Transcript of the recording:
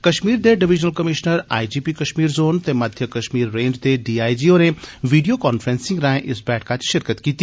कश्मीर दे divisional commissioner IGP Kashmir zone ते मध्य कश्मीर रेंज दे डीआईजी होरें वीडियो कांफ्रैंसिंग राएं इस बैठका च शिरकत कीती